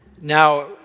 Now